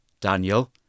Daniel